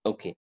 Okay